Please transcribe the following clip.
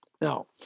Now